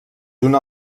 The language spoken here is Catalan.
una